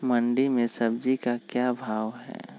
मंडी में सब्जी का क्या भाव हैँ?